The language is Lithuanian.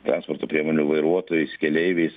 transporto priemonių vairuotojais keleiviais